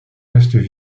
restent